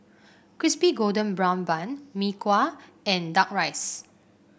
Crispy Golden Brown Bun Mee Kuah and duck rice